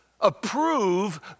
approve